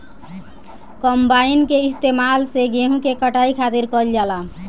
combine के इस्तेमाल से गेहूँ के कटाई खातिर कईल जाला